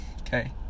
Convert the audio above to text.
Okay